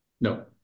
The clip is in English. No